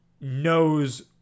knows